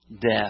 death